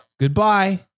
goodbye